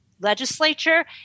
legislature